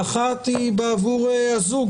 האחת היא בעבור הזוג